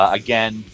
again